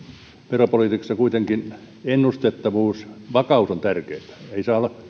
veropolitiikassa kuitenkin ennustettavuus vakaus on tärkeätä ei saa olla